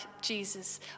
Jesus